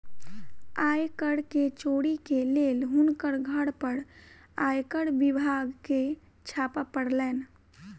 आय कर के चोरी के लेल हुनकर घर पर आयकर विभाग के छापा पड़लैन